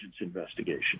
investigation